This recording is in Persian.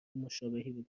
مشابهی